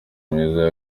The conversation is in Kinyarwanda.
myiza